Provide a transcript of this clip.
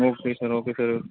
okay sir okay sir